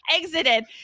exited